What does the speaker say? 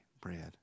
bread